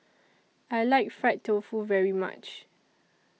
I like Fried Tofu very much